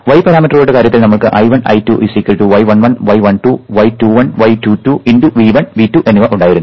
y പാരാമീറ്ററുകളുടെ കാര്യത്തിൽ നമ്മൾക്ക് I1 I2 y11 y12 y21 y22 × V1 V2 എന്നിവ ഉണ്ടായിരുന്നു